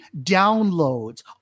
downloads